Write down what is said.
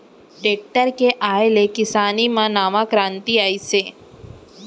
tractor के आए ले किसानी म नवा करांति आइस हे